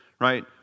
Right